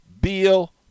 Beal